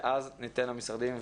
ואז ניתן למשרדים,